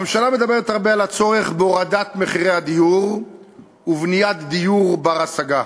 הממשלה מדברת הרבה על הצורך בהורדת מחירי הדיור ובבניית דיור בר-השגה.